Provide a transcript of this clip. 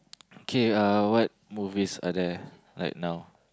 okay uh what movies are there like now